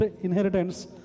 inheritance